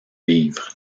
livre